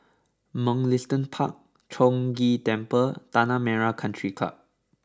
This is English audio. Mugliston Park Chong Ghee Temple and Tanah Merah Country Club